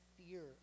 fear